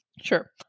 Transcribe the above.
sure